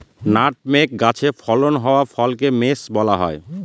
nutmeg গাছে ফলন হওয়া ফলকে মেস বলা হয়